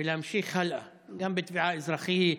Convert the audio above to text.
ולהמשיך הלאה גם בתביעה אזרחית.